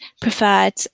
preferred